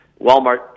Walmart